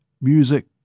Music